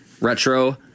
retro